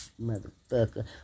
motherfucker